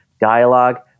dialogue